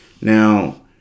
Now